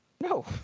No